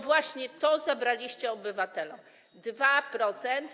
Właśnie tyle zabraliście obywatelom: 2%.